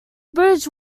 bridge